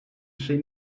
see